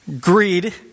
Greed